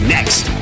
Next